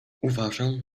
uważam